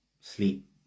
sleep